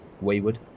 wayward